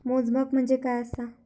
मोजमाप म्हणजे काय असा?